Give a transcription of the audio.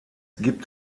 gibt